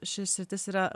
ši sritis yra